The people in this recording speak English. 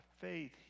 faith